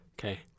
Okay